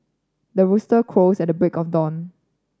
the rooster crows at the break of dawn